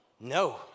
no